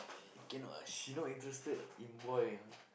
eh cannot she not interested in boy ah